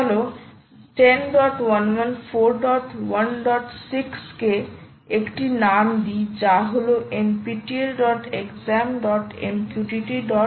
চলো 10114116 কে একটি নাম দি যা হল nptelexamplemqttclient